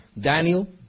Daniel